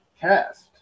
cast